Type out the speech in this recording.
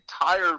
entire